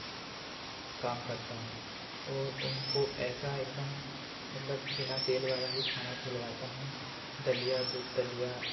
काम करता हूँ और उनको ऐसा एक दम मतलब बिना तेल वाला ही खाना खिलवाता हूँ दलिया दूध दलिया